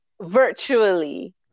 virtually